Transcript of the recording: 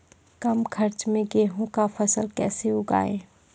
कम खर्च मे गेहूँ का फसल कैसे उगाएं?